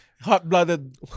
Hot-blooded